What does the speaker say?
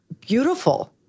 beautiful